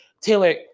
Taylor